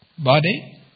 Body